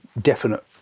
definite